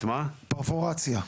למה אתה קורא פרפורציה?